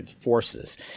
forces